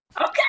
Okay